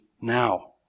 now